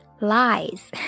Lies